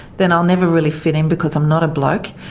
then i'll never really fit in because i am not a bloke.